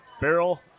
barrel